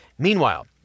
Meanwhile